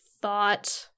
thought